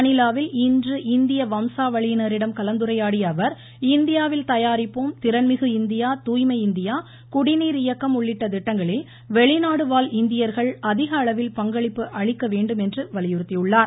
மணிலாவில் இன்று இந்திய வம்சாவளியினரிடம் கலந்துரையாடிய அவர் இந்தியாவில் தயாரிப்போம் திறன்மிகு இந்தியா துாய்மை இந்தியா குடிநீர் இயக்கம் உள்ளிட்ட திட்டங்களில் வெளிநாடு வாழ் இந்தியர்கள் அதிகளவில் பங்களிப்பு அளிக்க வேண்டுமென்று வலியுறுத்தியுள்ளார்